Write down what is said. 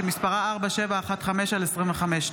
שמספרה פ/4715/25.